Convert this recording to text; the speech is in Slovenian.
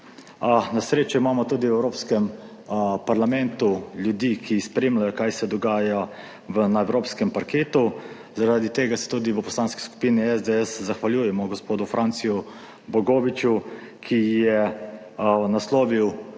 Na srečo imamo tudi v Evropskem parlamentu ljudi, ki spremljajo kaj se dogaja na evropskem parketu. Zaradi tega se tudi v Poslanski skupini SDS zahvaljujemo gospodu Franciju Bogoviču, ki je naslovil